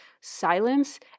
silence